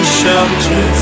shelter